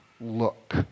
look